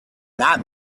that